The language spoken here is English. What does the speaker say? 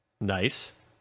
Nice